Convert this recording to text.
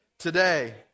Today